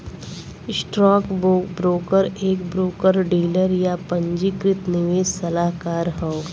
stockbroker एक broker dealer, या पंजीकृत निवेश सलाहकार हौ